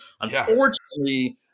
unfortunately